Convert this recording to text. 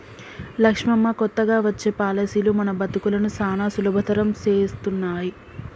లక్ష్మమ్మ కొత్తగా వచ్చే పాలసీలు మన బతుకులను సానా సులభతరం చేస్తున్నాయి